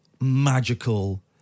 magical